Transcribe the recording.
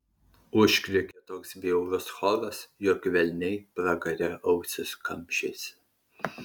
užkriokė toks bjaurus choras jog velniai pragare ausis kamšėsi